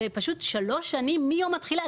ופשוט שלוש שנים מיום התחילה,